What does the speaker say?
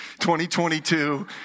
2022